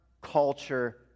culture